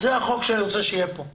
זה החוק שאני רוצה שיהיה פה.